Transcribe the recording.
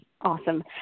awesome